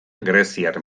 greziar